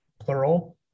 plural